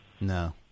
No